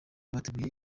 bateguye